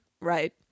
Right